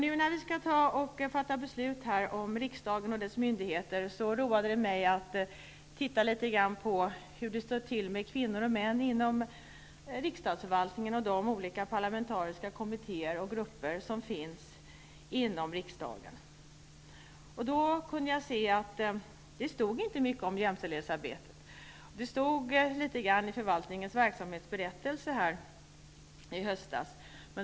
Nu när vi skall fatta beslut om riksdagen och dess myndigheter roade det mig att titta litet grand på hur det står till med andelen kvinnor och män inom riksdagsförvaltningen och de olika parlamentariska kommittéer och grupper som finns inom riksdagen. Då kunde jag se att det inte stod så mycket om jämställdhetsarbetet. Det stod litet grand i förvaltningens verksamhetsberättelse i höstas.